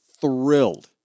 thrilled